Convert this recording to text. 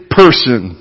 person